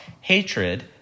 hatred